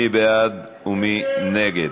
מי בעד ומי נגד?